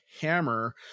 Hammer